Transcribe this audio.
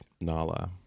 Nala